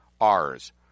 R's